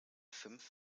fünf